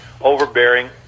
overbearing